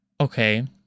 Okay